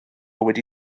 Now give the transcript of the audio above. wedi